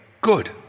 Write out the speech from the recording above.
Good